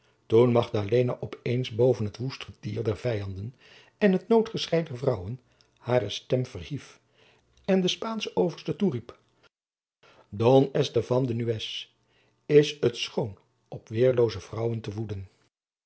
toen magdalena op eens boven het woest getier der vijanden en het noodgeschrei der vrouwen hare stem verhief en den spaanschen overste toeriep jacob van lennep de pleegzoon don estevan de nunez is het schoon op weerlooze vrouwen te woeden